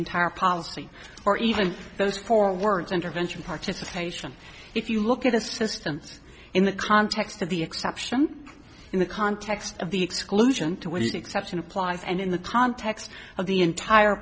entire policy or even those four words intervention participation if you look at assistance in the context of the exception in the context of the exclusion exception applies and in the context of the entire